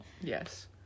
yes